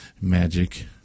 magic